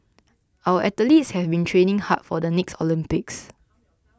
our athletes have been training hard for the next Olympics